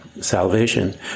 salvation